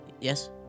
Yes